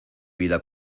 vida